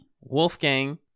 Wolfgang